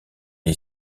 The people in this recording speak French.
est